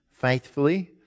faithfully